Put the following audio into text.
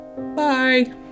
Bye